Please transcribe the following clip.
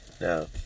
now